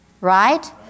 right